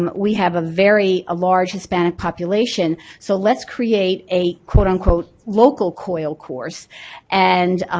um we have a very large hispanic population, so let's create a quote unquote local coil course and